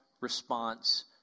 response